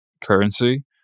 currency